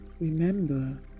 Remember